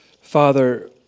Father